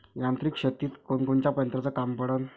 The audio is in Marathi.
यांत्रिक शेतीत कोनकोनच्या यंत्राचं काम पडन?